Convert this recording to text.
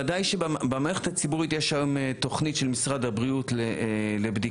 במערכת הציבורית יש היום תכנית של משרד הבריאות לבדיקה,